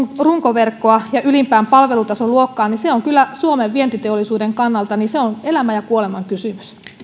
runkoverkkoa ja ylimpään palvelutasoluokkaan on kyllä suomen vientiteollisuuden kannalta elämän ja kuoleman kysymys